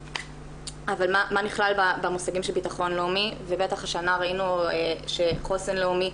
אבל מה נכלל במושגים של בטחון לאומי ובטח השנה ראינו שחוסן לאומי,